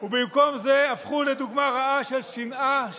ובמקום זה הפכו לדוגמה רעה של שנאה,